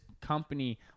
company